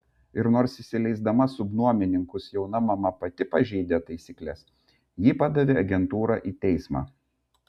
ir nors įsileisdama subnuomininkus jauna mama pati pažeidė taisykles ji padavė agentūrą į teismą